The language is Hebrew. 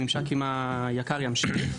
הממשק עם היק"ר ימשיך.